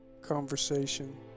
conversation